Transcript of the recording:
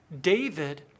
David